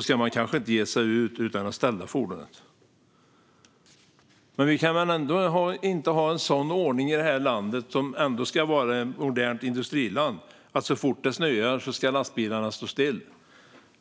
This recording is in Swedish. ska man kanske inte ge sig ut utan ställa fordonet." Men vi kan väl inte ha en sådan ordning i det här landet, som ändå ska vara ett modernt industriland, att så fort det snöar ska lastbilarna stå still?